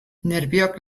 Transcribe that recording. nerbioak